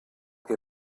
què